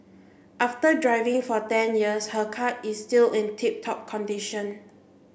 after driving for ten years her car is still in tip top condition